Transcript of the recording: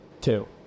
Two